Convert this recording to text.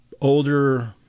older